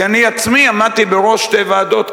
כי אני עצמי עמדתי בראש שתי ועדות כאלה,